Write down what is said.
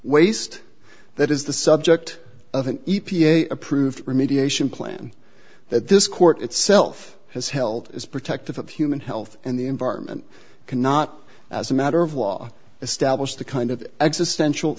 waste that is the subject of an e p a approved remediation plan that this court itself has held as protective of human health and the environment cannot as a matter of law establish the kind of existential